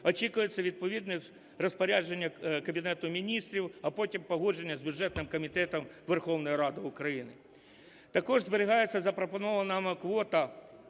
очікується відповідне розпорядження Кабінету Міністрів, а потім погодження з бюджетним комітетом Верховної Ради України. Також зберігається запропонована нами